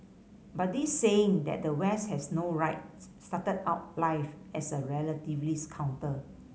but this saying that the West has no right started out life as a relativist counter